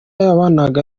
yabanaga